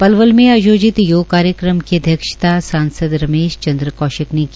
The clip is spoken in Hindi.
पलवल में आयोजित योग कार्यक्रम की अध्यक्षता सांसद रमेश चंद्र कोशिक ने की